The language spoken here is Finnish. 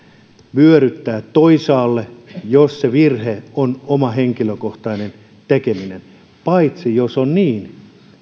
vyöryttää toisaalle jos se virhe on oma henkilökohtainen tekeminen paitsi jos on niin